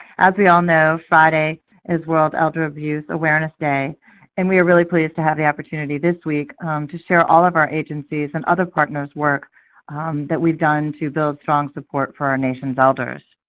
as we all know, friday is world elder abuse awareness day and we are really pleased to have the opportunity this week to share all of our agencies' and other partners' work that we've done to build strong support for our nation's elders.